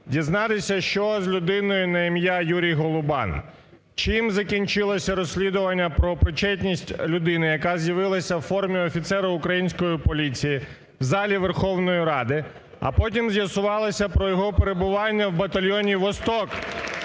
дізнатися, що з людиною на ім'я Юрій Голубан? Чим закінчилося розслідування про причетність людини, яка з'явилася у формі офіцера української поліції в залі Верховної Ради, а потім з'ясувалося про його перебування в батальйоні "Восток"